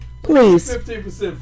Please